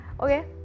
okay